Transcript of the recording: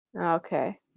Okay